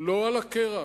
לא על הקרח,